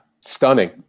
Stunning